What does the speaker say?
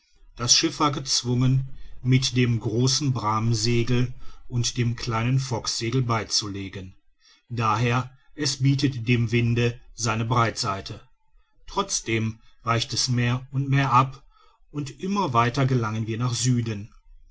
das schiff war gezwungen mit dem großen bramsegel und dem kleinen focksegel beizulegen d h es bietet dem winde seine breitseite trotzdem weicht es mehr und mehr ab und immer weiter gelangen wir nach süden